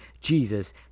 Jesus